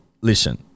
listen